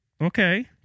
Okay